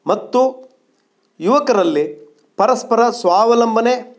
ಮತ್ತು ಯುವಕರಲ್ಲಿ ಪರಸ್ಪರ ಸ್ವಾವಲಂಬನೆ